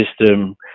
system